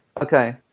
Okay